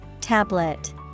Tablet